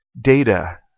data